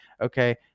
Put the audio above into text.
Okay